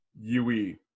UE